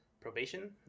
probation